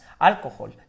Alcohol